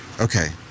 Okay